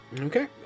Okay